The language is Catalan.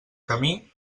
camí